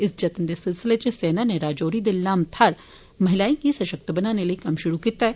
इस जत्न दे सिलसिले इच सेना नै राजौरी दे लाम थाहर महिलाएं गी सशक्त बनाने लेई कम्म शुरू कीता ऐ